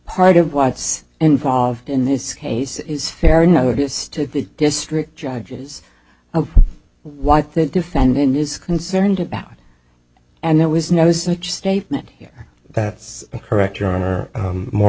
of what's involved in this case is fair notice to the district judges of what the defendant is concerned about and there was no such statement here that's correct your honor more